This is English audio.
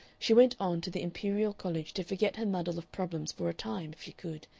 she went on to the imperial college to forget her muddle of problems for a time, if she could,